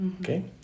Okay